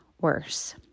worse